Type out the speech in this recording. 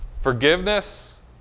Forgiveness